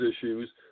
issues